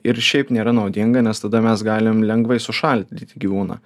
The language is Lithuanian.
ir šiaip nėra naudinga nes tada mes galim lengvai sušaldyti gyvūną